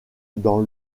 dans